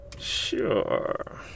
Sure